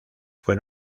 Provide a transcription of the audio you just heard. fue